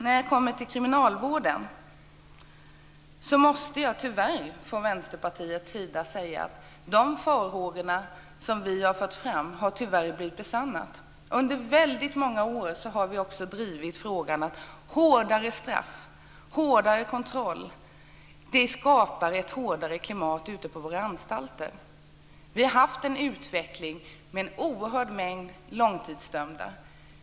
När jag kommer till kriminalvården måste jag från Vänsterpartiets sida tyvärr säga att de farhågor som vi har fört fram har blivit besannade. Under väldigt många år har vi drivit tesen att hårdare straff och hårdare kontroll skapar ett hårdare klimat ute på våra anstalter. Vi har haft en utveckling med en oerhörd mängd långtidsdömda.